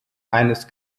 eines